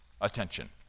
attention